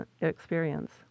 experience